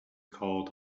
called